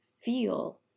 feel